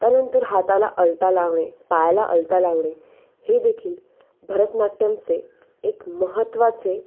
त्यानंतर हाताला अल्ता लावणे पायाला अल्ता लावणे हे देखील भरतनाट्यमचे एक महत्त्वाचे